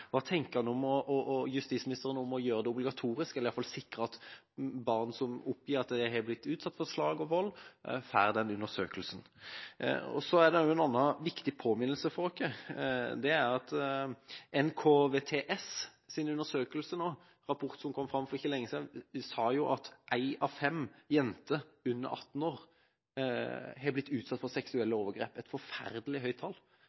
Hva tenker justisministeren om å gjøre det obligatorisk, eller iallfall sikre at barn som oppgir at de har blitt utsatt for slag og vold, får den undersøkelsen? Så er det også en annen viktig påminnelse for oss. Det er at det i NKVTS’ undersøkelse nå, en rapport som kom for ikke lenge siden, kom fram en av fem jenter under 18 år har blitt utsatt for seksuelle overgrep – et forferdelig høyt tall.